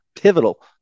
pivotal